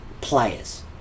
players